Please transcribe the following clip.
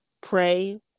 pray